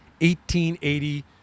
1880